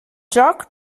joc